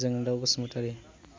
Jondao Basumatary